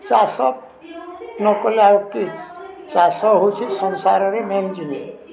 ଚାଷ ନ କଲେ ଆଉ କି ଚାଷ ହେଉଛି ସଂସାରରେ ମେନ୍ ଜିନିଷ